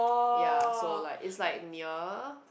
ya so like it's like near